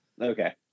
Okay